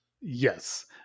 Yes